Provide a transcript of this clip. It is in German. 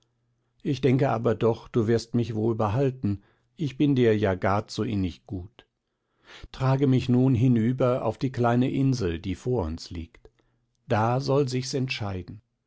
ich denke aber doch du wirst mich wohl behalten ich bin dir ja gar zu innig gut trage mich nun hinüber auf die kleine insel die vor uns liegt da soll sich's entscheiden